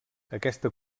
aquesta